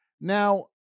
Now